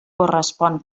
correspon